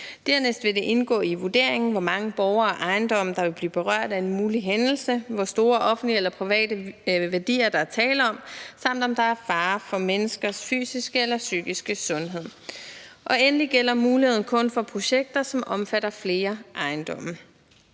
Dermed skal det indgå i vurderingen, hvor mange borgere og ejendomme der vil blive berørt af en mulig hændelse, hvor store offentlige eller private værdier der er tale om, samt om der er fare for menneskers fysiske eller psykiske sundhed. Og endelig gælder muligheden kun for projekter, som omfatter flere ejendomme.